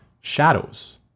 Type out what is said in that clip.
shadows